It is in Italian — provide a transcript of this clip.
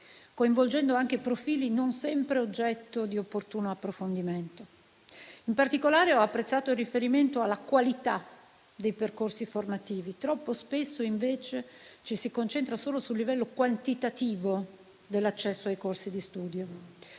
coinvolgendo anche profili non sempre oggetto di opportuno approfondimento. In particolare, ho apprezzato il riferimento alla qualità dei percorsi formativi; troppo spesso, invece, ci si concentra solo sul livello quantitativo dell'accesso ai corsi di studio.